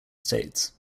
states